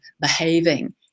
behaving